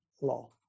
law